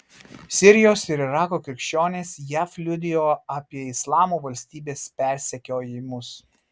sirijos ir irako krikščionės jav liudijo apie islamo valstybės persekiojimus